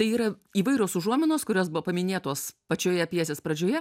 tai yra įvairios užuominos kurios buvo paminėtos pačioje pjesės pradžioje